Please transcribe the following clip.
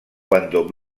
cuando